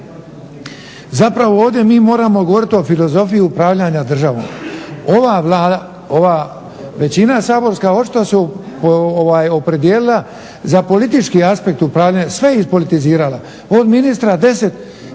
Zapravo ovdje mi moramo govoriti o filozofiji upravljanja državom. Ova Vlada, ova većina saborska očito se opredijelila za politički aspekt upravljanja. Sve je ispolitizirala od ministra 10